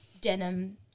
denim